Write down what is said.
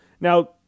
Now